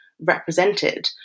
represented